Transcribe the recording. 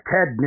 Ted